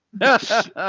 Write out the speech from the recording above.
Yes